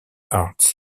arts